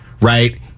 right